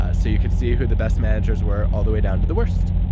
ah so, you could see who the best managers were all the way down to the worst.